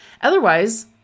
Otherwise